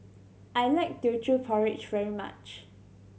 I like Teochew Porridge very much